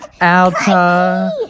Alta